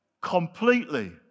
completely